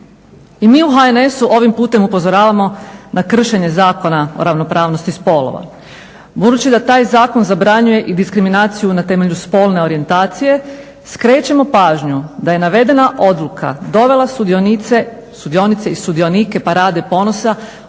i mi u HNS-u ovim putem upozoravamo na kršenje Zakona o ravnopravnosti spolova. Budući da taj zakon zabranjuje i diskriminaciju na temelju spolne orijentacije, skrećemo pažnju da je navedena odluka dovela sudionice i sudionike Parade ponosa